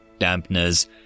dampeners